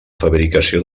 fabricació